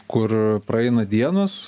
kur praeina dienos